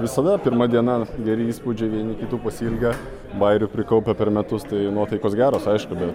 visada pirma diena geri įspūdžiai vieni kitų pasiilgę bajerių prikaupę per metus tai nuotaikos geros aišku bet